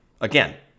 Again